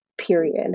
period